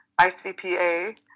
ICPA